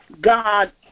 God